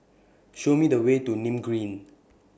Show Me The Way to Nim Green